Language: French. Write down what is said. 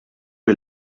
est